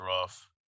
rough